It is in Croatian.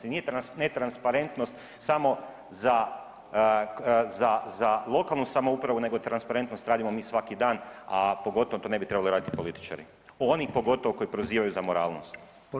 Nije netransparentnost samo za lokalnu samoupravu, nego transparentnost radimo mi svaki dan, a pogotovo to ne bi trebali raditi političari, oni pogotovo koji prozivaju za moralnost.